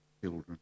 children